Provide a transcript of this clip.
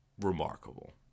remarkable